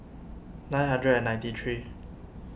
nine hundred and ninety three